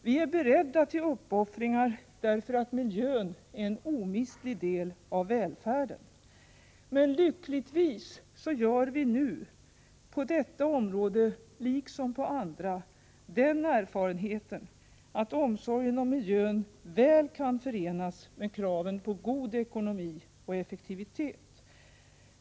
Vi är beredda till uppoffringar därför att miljön är en omistlig del av välfärden. Men lyckligtvis gör vi nu, på detta område liksom på andra, den erfarenheten att omsorgen om miljön väl kan förenas med kraven på god ekonomi och effektivitet.